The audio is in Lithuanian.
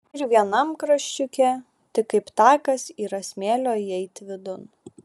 ir vienam kraščiuke tik kaip takas yra smėlio įeiti vidun